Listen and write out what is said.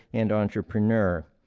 and entrepreneur.